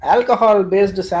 Alcohol-based